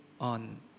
on